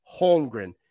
Holmgren